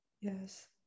Yes